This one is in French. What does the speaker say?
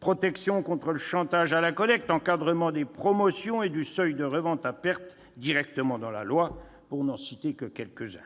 protection contre le chantage à la collecte, encadrement des promotions et du seuil de revente à perte directement dans la loi, pour n'en citer que quelques-uns.